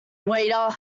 waiter